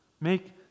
Make